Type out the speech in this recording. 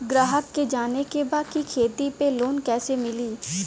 ग्राहक के जाने के बा की खेती पे लोन कैसे मीली?